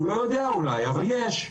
הוא לא יודע אולי אבל יש.